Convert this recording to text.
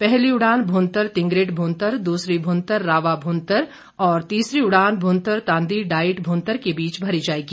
पहली उड़ान भुंतर तिंगरिट भुंतर दूसरी भुंतर रावा भुंतर और तीसरी उड़ान भुंतर तांदी डाइट भुंतर के बीच भरी जाएगी